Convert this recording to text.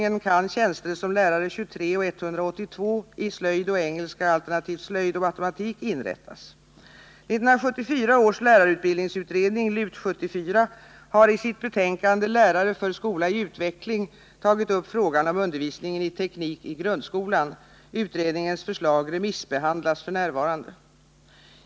1974 års lärarutbildningsutredning har i sitt betänkande Lärare för skola i utveckling tagit upp frågan om undervisningen i teknik i grundskolan. Utredningens förslag remissbehandlas f. n.